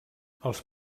els